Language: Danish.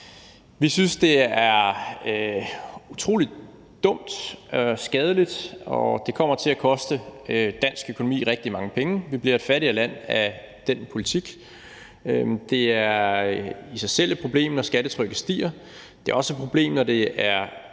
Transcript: Vi synes, det er utrolig dumt og skadeligt, og det kommer til at koste dansk økonomi rigtig mange penge. Vi bliver et fattigere land af den politik. Det er i sig selv et problem, når skattetrykket stiger. Det er også et problem, når det er